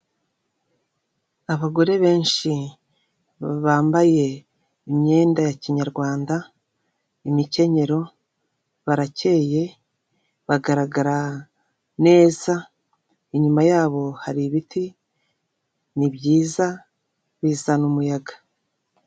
Abagore benshi bambaye imyenda ya kinyarwanda imikenyero barakeye, bagaragara neza, inyuma yabo hari ibiti ni byiza bizana umuyaga.